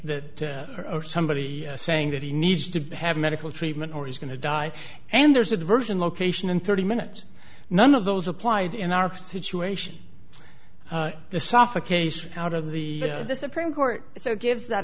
that or somebody saying that he needs to have medical treatment or he's going to die and there's a diversion location in thirty minutes none of those applied in our situation the suffocation out of the supreme court so gives that